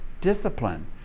Discipline